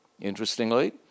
Interestingly